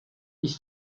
ich